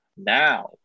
Now